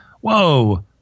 whoa